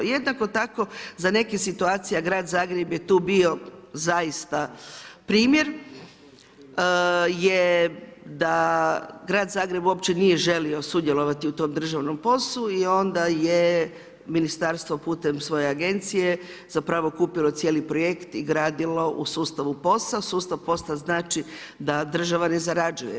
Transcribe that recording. Jednako tako, za neke situacije Grad Zagreb je tu bio, zaista primjer, je da Grad Zagreb uopće nije želio sudjelovati u tom državnom POS-u i onda je ministarstvo putem svoje agencije, zapravo kupilo cijeli projekt i gradio u sustavu POS-a, sustav POS-a znači da država ne zarađuje.